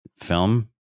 film